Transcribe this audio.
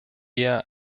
eher